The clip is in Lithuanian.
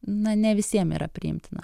na ne visiem yra priimtina